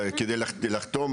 לחתום,